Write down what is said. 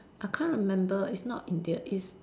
I can't remember it's not India it's